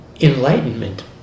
enlightenment